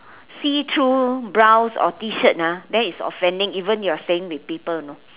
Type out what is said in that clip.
see through blouse or t shirt ah then it's offending even if you're staying with people you know